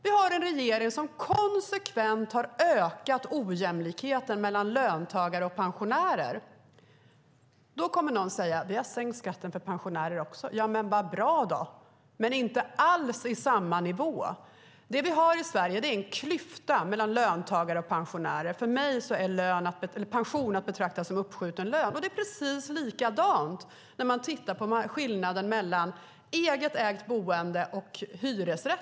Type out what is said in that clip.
Vi har en regering som konsekvent har ökat ojämlikheten mellan löntagare och pensionärer. Då säger någon: "Vi har sänkt skatten också för pensionärer." Ja, men vad bra då. Men den har inte alls sänkts i samma nivå. I Sverige har vi en klyfta mellan löntagare pensionärer. För mig är pension att betrakta som uppskjuten lön. Det är precis likadant när man jämför eget ägt boende och hyresrätt.